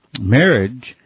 marriage